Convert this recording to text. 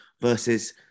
versus